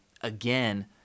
again